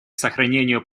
сохранению